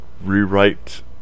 rewrite